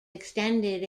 extended